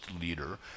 leader